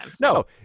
No